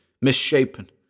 misshapen